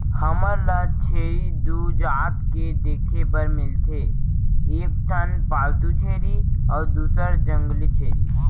हमन ल छेरी दू जात के देखे बर मिलथे एक ठन पालतू छेरी अउ दूसर जंगली छेरी